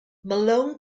malone